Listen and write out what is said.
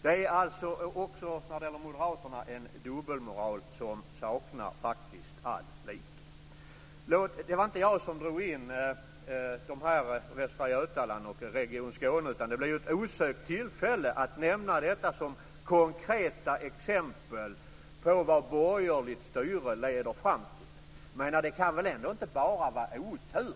Också hos moderaterna finns det alltså en dubbelmoral som faktiskt saknar all like. Det var inte jag som drog in Västra Götaland och Region Skåne i debatten, utan det blev ett osökt tillfälle att nämna dessa som konkreta exempel på vad borgerligt styre leder fram till. Det kan väl ändå inte bara vara otur